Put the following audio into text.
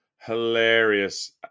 hilarious